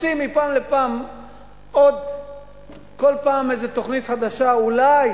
מחפשים מפעם לפעם איזו תוכנית חדשה, אולי